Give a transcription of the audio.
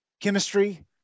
chemistry